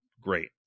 great